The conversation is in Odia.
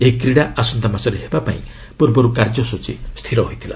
ଏହି କ୍ରୀଡ଼ା ଆସନ୍ତାମାସରେ ହେବାପାଇଁ ପୂର୍ବରୁ କାର୍ଯ୍ୟସ୍ଟଚୀ ସ୍ଥିର ହୋଇଥିଲା